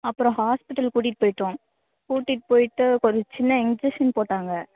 அப்புறம் ஹாஸ்பிட்டல் கூட்டிட்டு போயிட்டோம் கூட்டிட்டு போயிட்டு ஒரு சின்ன இன்ஜெக்ஷன் போட்டாங்க